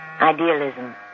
idealism